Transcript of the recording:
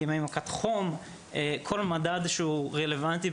הם לוקחים את המדיניות אבל עדיין מי שחותם על ההסכמים הן חברות הגז.